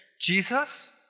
Jesus